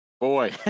boy